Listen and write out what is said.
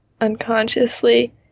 unconsciously